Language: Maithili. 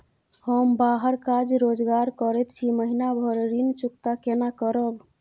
हम बाहर काज रोजगार करैत छी, महीना भर ऋण चुकता केना करब?